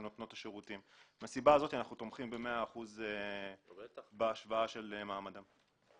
מהסיבה הזאת אנחנו תומכים ב-100% בהשוואה של מעמדם.